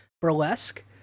burlesque